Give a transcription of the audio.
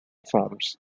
forms